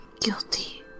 Guilty